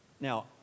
now